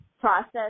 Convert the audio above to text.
process